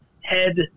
head